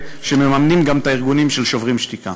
שמממנות גם את הארגונים של "שוברים שתיקה".